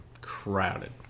Crowded